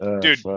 dude